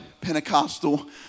Pentecostal